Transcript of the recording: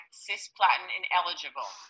cisplatin-ineligible